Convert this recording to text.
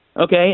Okay